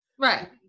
Right